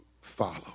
follow